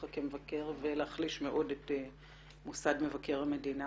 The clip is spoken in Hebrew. כמבקר ולהחליש מאוד את מוסד מבקר המדינה.